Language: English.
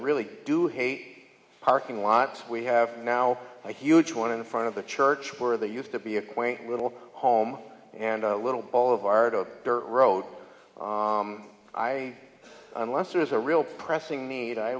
really do hate parking lots we have now a huge one in front of the church where they used to be a quaint little home and a little ball of our road i unless there is a real pressing need i